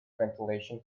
ventilation